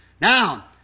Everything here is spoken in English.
Now